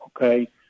okay